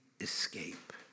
escape